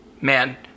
Man